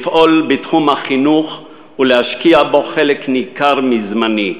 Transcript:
לפעול בתחום החינוך ולהשקיע בו חלק ניכר מזמני,